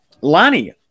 Lonnie